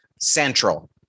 central